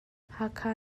hakha